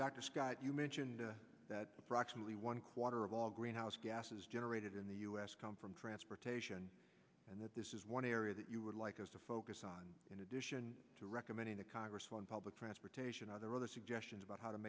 dr scott you mentioned that approximately one quarter of all greenhouse gases generated in the u s come from transportation and that this is one area that you would like us to focus on in addition to recommending to congress on public transportation other other suggestions about how to